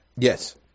Yes